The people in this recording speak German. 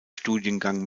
studiengang